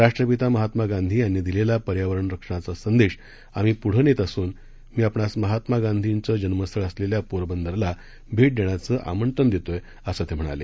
राष्ट्रपिता महात्मा गांधी यांनी दिलेला पर्यावरण रक्षणाचा संदेश आम्ही पुढे नेत असून मी आपणांस महात्मा गांधीचं जन्मस्थळ पोरबंदरला भेट देण्याचं आमंत्रण देतोय असं ते म्हणाले